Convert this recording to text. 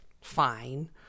fine